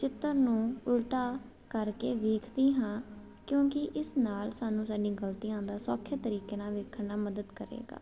ਚਿੱਤਰ ਨੂੰ ਉਲਟਾ ਕਰਕੇ ਵੇਖਦੀ ਹਾਂ ਕਿਉਂਕਿ ਇਸ ਨਾਲ ਸਾਨੂੰ ਸਾਡੀ ਗਲਤੀਆਂ ਦਾ ਸੌਖੇ ਤਰੀਕੇ ਨਾਲ ਵੇਖਣ ਨਾਲ ਮਦਦ ਕਰੇਗਾ